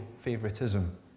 favoritism